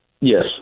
Yes